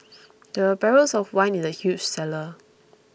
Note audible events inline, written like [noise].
[noise] there were barrels of wine in the huge cellar